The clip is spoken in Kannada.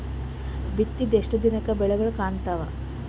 ಬಿತ್ತಿದ ಎಷ್ಟು ದಿನಕ ಬೆಳಿಗೋಳ ಕಾಣತಾವ?